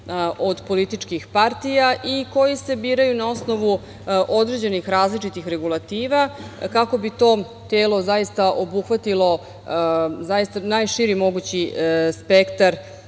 od političkih partija i koji se biraju na osnovu određenih različitih regulativa, kako bi to telo zaista obuhvatilo najširi mogući spektar